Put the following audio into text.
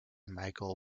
michael